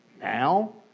now